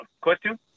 question